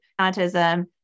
autism